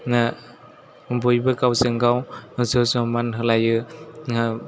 बयबो गावजों गाव ज' ज' मान होलायो